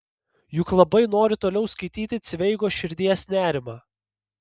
juk labai noriu toliau skaityti cveigo širdies nerimą